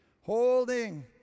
Holding